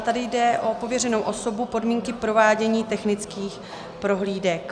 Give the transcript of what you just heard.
Tady jde o pověřenou osobu, podmínky provádění technických prohlídek.